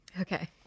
Okay